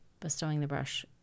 bestowingthebrush